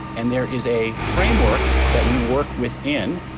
and there is a framework that we work within.